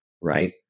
right